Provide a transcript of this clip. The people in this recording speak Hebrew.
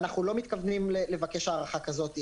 ואנחנו לא מתכוונים לבקש הארכה כזאת.